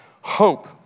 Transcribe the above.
hope